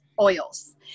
oils